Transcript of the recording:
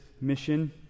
mission